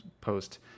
post